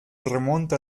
remonta